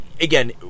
Again